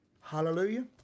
hallelujah